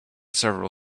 several